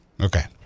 Okay